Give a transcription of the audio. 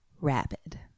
Rapid